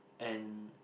and